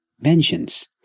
mentions